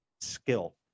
skill